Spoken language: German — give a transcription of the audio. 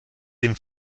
den